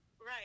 Right